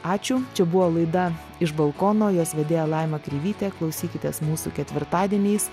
ačiū čia buvo laida iš balkono jos vedėja laima kreivytė klausykitės mūsų ketvirtadieniais